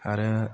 आरो